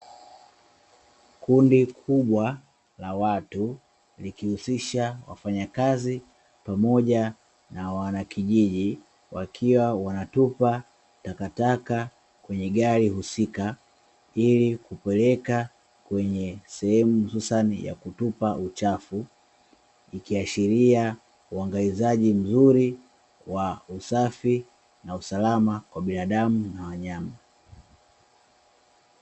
Kundi kubwa la watu likihusisha wafanya kazi pamoja na wanakijiji wakiwa wanatupa takataka kwenye gari husika, ili kupeleka kwenye sehemu husasani ya kutupa uchafu, ikiashiria uangalizaji mzuri wa usagi na usalama kwa binadamu na wanyama.